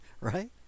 right